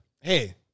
hey